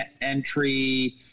entry